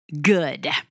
good